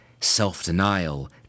Self-denial